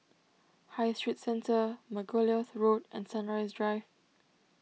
High Street Centre Margoliouth Road and Sunrise Drive